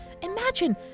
Imagine